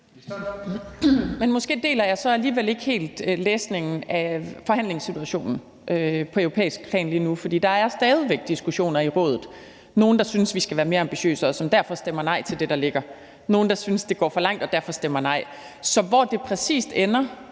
Måske deler jeg så alligevel ikke helt læsningen af forhandlingssituationen på europæisk plan lige nu. For der er stadig væk diskussioner i Rådet. Altså, der er nogle, der synes, at vi skal være mere ambitiøse, og som derfor stemmer nej til det, der ligger, og nogle, der synes, at det går for langt, og som derfor også stemmer nej. Så hvor det præcis og